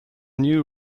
new